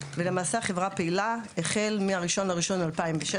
ולמעשה החברה פעילה החל מה-1 בינואר 2016,